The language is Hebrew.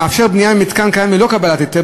המאפשר בנייה במתקן קיים ללא קבלת היתר,